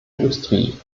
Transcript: industrie